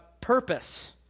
purpose